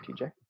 tj